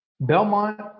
Belmont